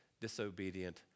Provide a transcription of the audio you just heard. disobedient